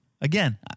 Again